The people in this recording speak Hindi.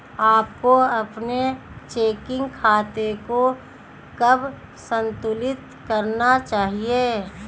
आपको अपने चेकिंग खाते को कब संतुलित करना चाहिए?